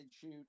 shoot